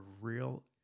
real